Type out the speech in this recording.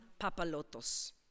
papalotos